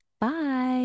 Bye